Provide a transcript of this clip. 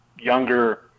younger